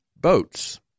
boats